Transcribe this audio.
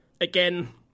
Again